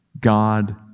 God